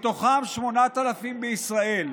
מתוכם 8,000 בישראל.